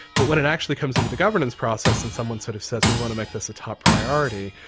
but when it actually comes into the governance process and someone sort of says we want to make this a top priority,